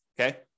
Okay